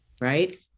right